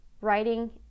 writing